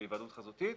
בהיוועדות חזותית,